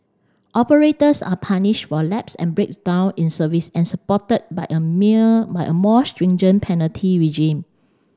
operators are punished for lapse and breakdown in service and supported by a mere by a more stringent penalty regime